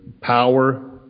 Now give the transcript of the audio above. power